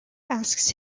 asks